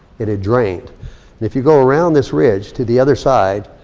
it had drained. and if you go around this ridge to the other side,